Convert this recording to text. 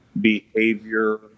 behavior